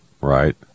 Right